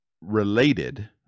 related